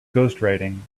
ghostwriting